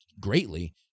greatly